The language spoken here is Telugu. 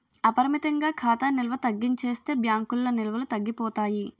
అపరిమితంగా ఖాతా నిల్వ తగ్గించేస్తే బ్యాంకుల్లో నిల్వలు తగ్గిపోతాయి